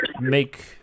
make